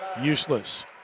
useless